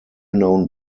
known